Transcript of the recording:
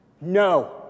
No